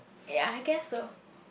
ya I guess so